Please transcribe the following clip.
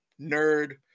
nerd